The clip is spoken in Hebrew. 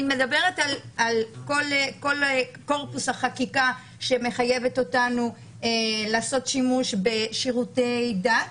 אני מדברת על כל קורפוס החקיקה שמחייבת אותנו לעשות שימוש בשירותי דת,